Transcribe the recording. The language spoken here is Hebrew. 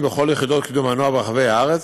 בכל יחידות קידום הנוער ברחבי הארץ,